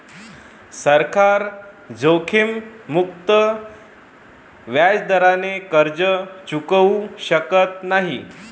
सरकार जोखीममुक्त व्याजदराने कर्ज चुकवू शकत नाही